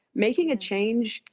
making a change,